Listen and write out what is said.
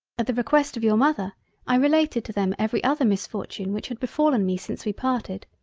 at the request of your mother i related to them every other misfortune which had befallen me since we parted.